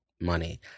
money